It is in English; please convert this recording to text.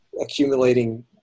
accumulating